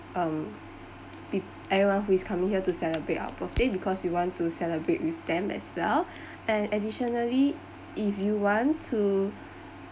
um pe~ everyone who is coming here to celebrate our birthday because we want to celebrate with them as well and additionally if you want to